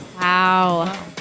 Wow